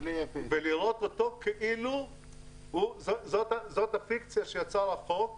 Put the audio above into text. לראות אותו כאילו זאת הפיקציה שיצר החוק,